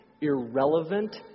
Irrelevant